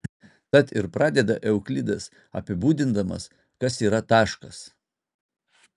tad ir pradeda euklidas apibūdindamas kas yra taškas